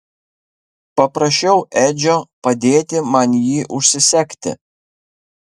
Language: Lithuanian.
paprašiau edžio padėti man jį užsisegti